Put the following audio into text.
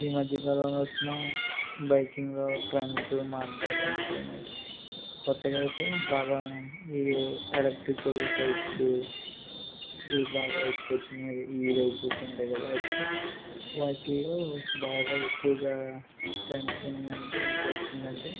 ఈ మధ్య కాలంలో వచ్చిన బైకింగ్ ట్రెండ్స్ మార్గాలు అంటే కొత్తగైతే బాగా ఈ ఎలక్ట్రికల్ బైక్స్ ఈ బాగా ఎక్కువ వచ్చినాయి అవి ఈ వెహికల్స్ ఉంటాయి కదా అవి వాటిలో బాగా ఎక్కువగా ట్రెండ్సింగ్ అంటే ఎందుకు వచ్చింది అంటే